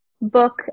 book